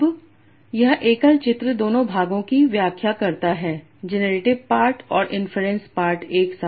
अब यह एकल चित्र दोनों भागों की व्याख्या करता है जनरेटिव पार्ट और इनफरेंस पार्ट एक साथ